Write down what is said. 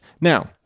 Now